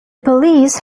police